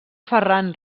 ferran